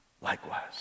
likewise